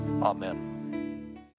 Amen